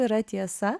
yra tiesa